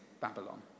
Babylon